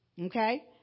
okay